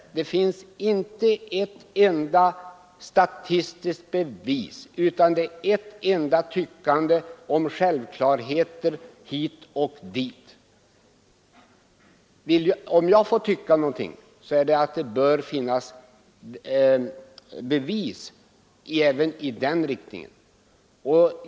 Men det finns inte ett enda statistiskt bevis, utan det är bara ett tyckande om självklarheter hit och dit. Om jag får tycka någonting, så är det att man bör komma med bevis också från det hållet.